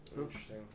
Interesting